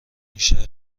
میشه